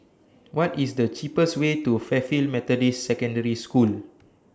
What IS The cheapest Way to Fairfield Methodist Secondary School